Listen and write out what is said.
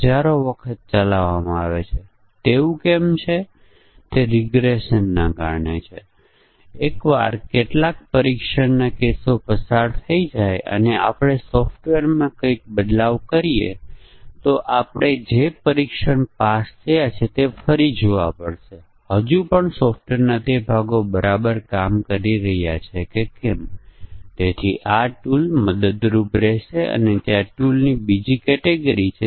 સંક્ષિપ્તમાં જણાવવાનું કે કારણ અસર ગ્રાફ ખરેખર એક નિર્ણય ટેબલ પરીક્ષણ છે પરંતુ તેમાં વિશિષ્ટ સૂચનો છે જેના દ્વારા આપણે કોઈ સમસ્યાને વાંચીને આપણે તેને કારણ અસર ગ્રાફના રૂપમાં રજૂ કરી શકીએ છીએ પછી અને આપણી પાસે સીધી સરેરાશ પદ્ધતિ છે જે નિર્ણય ટેબલ બનાવવા માટે એક સરળ પદ્ધતિ છે